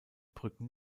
brücken